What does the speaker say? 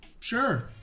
Sure